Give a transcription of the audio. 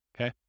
okay